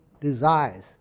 desires